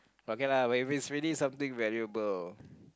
okay lah but if it's really something valuable